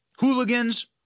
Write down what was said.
hooligans